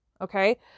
Okay